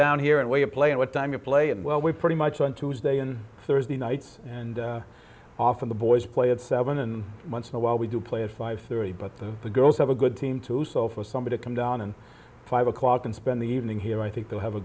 down here and way to play what time to play and well we pretty much on tuesday and thursday nights and often the boys play at seven and once in a while we do play at five thirty but the girls have a good team too so for somebody to come down and five o'clock and spend the evening here i think they'll have a